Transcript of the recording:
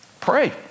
pray